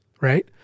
right